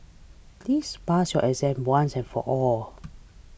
please pass your exam once and for all